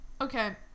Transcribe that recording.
Okay